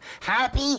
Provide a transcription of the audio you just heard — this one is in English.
Happy